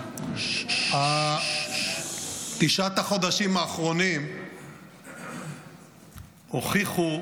תשעת החודשים האחרונים הוכיחו